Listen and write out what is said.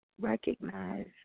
recognize